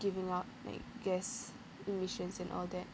giving out like gas emissions and all that